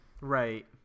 right